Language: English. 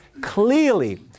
clearly